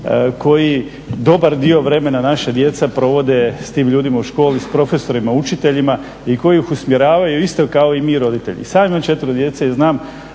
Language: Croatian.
koji dobar dio vremena naša djeca provode s tim ljudima u školi, s profesorima, učiteljima i koji ih usmjeravaju isto kao i mi roditelji. I sam imam četvero djece da